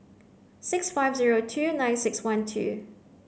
six five zero two nine six one two